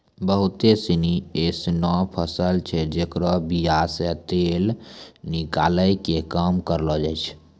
बहुते सिनी एसनो फसल छै जेकरो बीया से तेल निकालै के काम करलो जाय छै